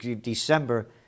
December